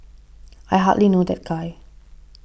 I hardly know that guy